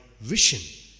vision